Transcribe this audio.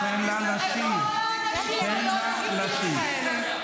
זאת לא עמדה לגיטימית.